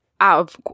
out